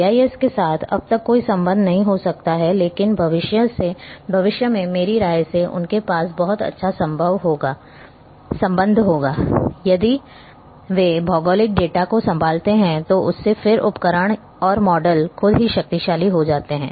GIS के साथ अब तक कोई संबंध नहीं हो सकता है लेकिन भविष्य में मेरी राय में उनके पास बहुत अच्छा संबंध होगा यदि वे भौगोलिक डेटा को संभालते हैं तो उससे फिर उपकरण और मॉडल खुद ही शक्तिशाली हो जाता है